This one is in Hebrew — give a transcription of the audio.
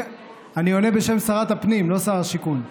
אני עונה בשם שרת הפנים, לא שר השיכון.